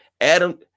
Adam